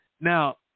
Now